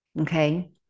Okay